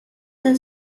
the